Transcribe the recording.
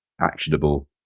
actionable